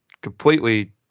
completely